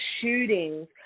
shootings